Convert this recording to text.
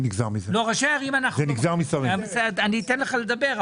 הניסיון שלך חשוב, הוא יתרום לנו